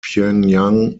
pyongyang